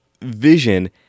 vision